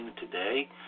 today